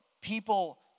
people